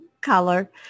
color